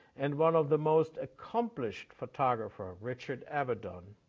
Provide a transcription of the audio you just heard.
and one of the most accomplished photographer, ah richard avedon,